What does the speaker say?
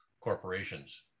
corporations